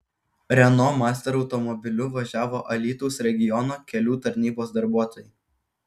renault master automobiliu važiavo alytaus regiono kelių tarnybos darbuotojai